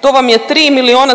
to vam je 3 miliona